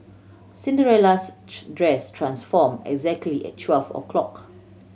Cinderella's dress transform exactly at twelve o'clock